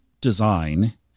design